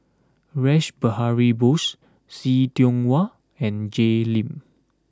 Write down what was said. Rash Behari Bose See Tiong Wah and Jay Lim